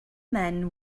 men